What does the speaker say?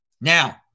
Now